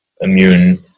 immune